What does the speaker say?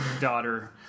daughter